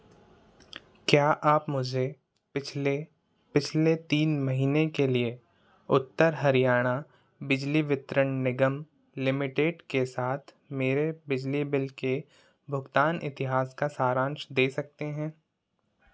क्या आप मुझे पिछले पिछले तीन महीने के लिए उत्तर हरियाणा बिजली वितरण निगम लिमिटेड के साथ मेरे बिजली बिजली बिल के भुगतान इतिहास का सारांश दे सकते हैं